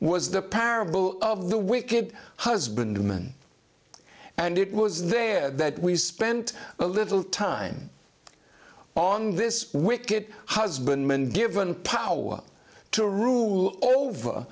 parable of the wicked husbandmen and it was there that we spent a little time on this wicked husbandmen given power to rule over